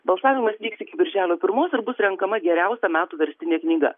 balsavimas vyks iki birželio pirmos ir bus renkama geriausia metų verstinė knyga